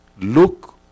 look